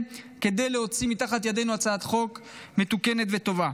כדי להוציא מתחת ידינו הצעת חוק מתוקנת וטובה.